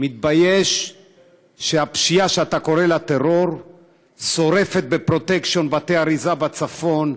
מתבייש שהפשיעה שאתה קורא לה טרור שורפת בפרוטקשן בתי-אריזה בצפון,